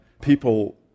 people